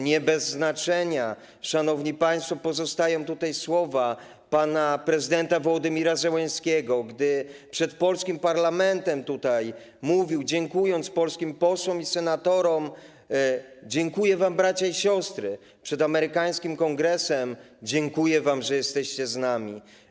Nie bez znaczenia, szanowni państwo, pozostają słowa pana prezydenta Wołodymyra Zełenskiego, który tutaj, przed polskim parlamentem mówił, dziękując polskim posłom i senatorom: ˝Dziękuję wam, bracia i siostry˝, przed amerykańskim Kongresem: ˝Dziękuję wam, że jesteście z nami˝